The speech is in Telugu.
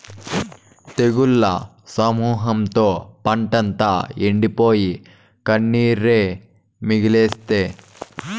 తెగుళ్ల సమూహంతో పంటంతా ఎండిపోయి, కన్నీరే మిగిల్సే